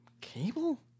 Cable